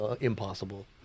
impossible